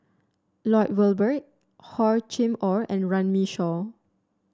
Lloyd Valberg Hor Chim Or and Runme Shaw